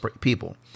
people